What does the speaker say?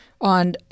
on